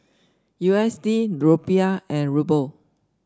U S D Rupiah and Ruble